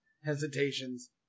hesitations